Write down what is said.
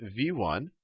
v1